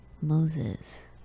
moses